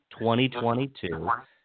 2022